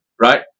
Right